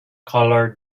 colored